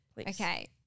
Okay